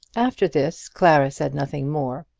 after this clara said nothing more,